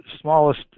smallest